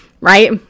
right